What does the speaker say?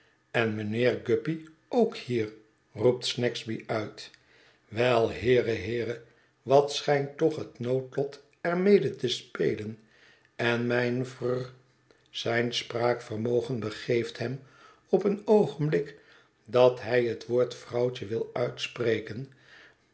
en mijnheer guppy ook hier roept snagsby uit wel heere heere wat schijnt toch het noodlot er mede te spelen en mijn vr zijn spraakvermogen begeeft hem op een oogenblik dat hij het woord vrouwtje wil uitspreken